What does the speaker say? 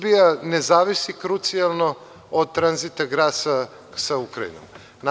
Srbija ne zaviti krucijalno od tranzita gasa sa Ukrajinom.